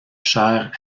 chaire